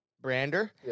brander